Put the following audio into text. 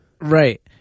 Right